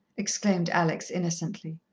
exclaimed alex innocently.